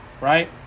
Right